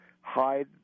hide